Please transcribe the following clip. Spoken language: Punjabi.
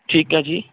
ਠੀਕ ਹੈ ਜੀ